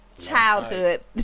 childhood